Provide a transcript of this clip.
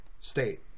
state